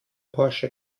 porsche